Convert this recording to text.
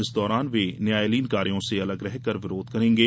इस दौरान वे न्यायालयीन कार्यों से अलग रहकर विरोध करेंगे